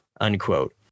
unquote